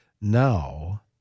now